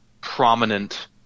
prominent